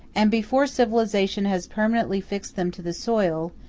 and before civilization has permanently fixed them to the soil,